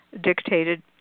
dictated